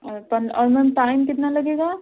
और और ma'am time कितना लगेगा